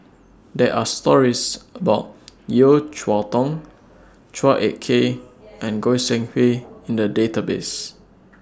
There Are stories about Yeo Cheow Tong Chua Ek Kay and Goi Seng Hui in The Database